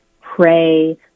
pray